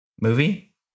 movie